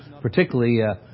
particularly